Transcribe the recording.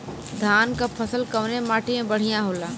धान क फसल कवने माटी में बढ़ियां होला?